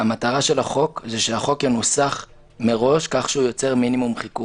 שהמטרה של החוק זה שהחוק ינוסח מראש כך שהוא יוצר מינימום חיכוך.